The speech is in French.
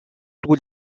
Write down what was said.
tous